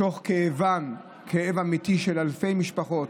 מתוך כאב, כאב אמיתי של אלפי משפחות.